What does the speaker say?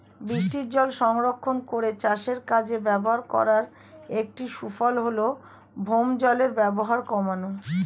বৃষ্টিজল সংরক্ষণ করে চাষের কাজে ব্যবহার করার একটি সুফল হল ভৌমজলের ব্যবহার কমানো